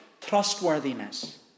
trustworthiness